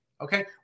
okay